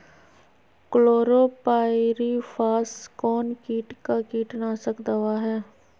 Chlorpyrifos कौन किट का कीटनाशक दवा है?